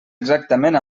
exactament